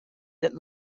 that